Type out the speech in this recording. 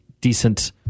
decent